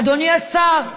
אדוני השר,